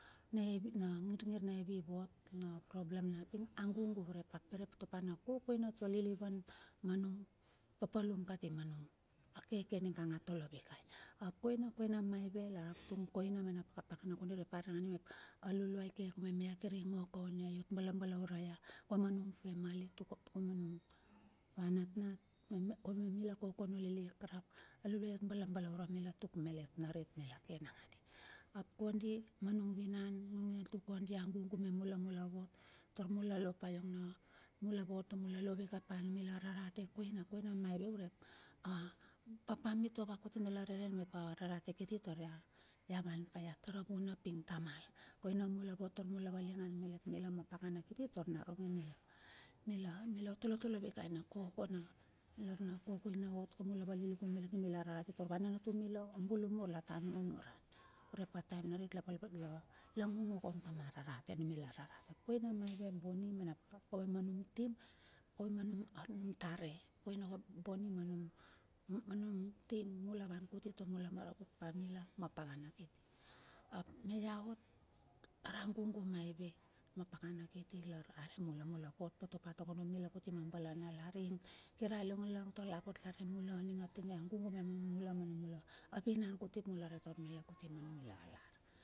Na ngir ngir na evi ivot na problem ping, a gugu urep a poropope na kokoina ati liliuan manung papalum kati manung akeke niga a tole vikai. Ap koina koina maive lar a avatung koina me na pakapakana kondi urep, aren nangandi mep a luluai ike kium ia kiri ngo kaun ia iot balabalaure ia kiuma anung family anung ava natnat mila kokona lilik rap, a luluai iot balabalaure mila tuk melet narit mila ke nakandi. Ap kondi ma nung vinantuk kondi a gugu me mula, mula vot tar mula vot tar mula lo vike pa a numila rarate, koina koina maive urep, papa mitua va kuti mila reran ap a rarate kiti tar ia van pa ia taravuna ping tamal, koina mula vot tar mula valingan malet mila ma pakana kiti tar naronge milaot toletole vikai na kokona, lar na kokoina ot tar mula valilikun malet numila rarate tar ava nanatu mila, a bulumur lata nunuran urep a time narit, la ngongo kaun kama rarate numila rarate. Ap koina maive boni manum team, anum tare koina maive boni manum taem mula van kuti tarmula maravut pa mila ma pakana kiti. Ap mei aotlara a gugu maive ma pakana kiti, lar are mula mula pot pote pa mila kuti ma balanalar ing kira liong lala lapot kati larmula. Agugu me mula ma numula vinan kuti ap mula re taur mila kuti ma numila lar.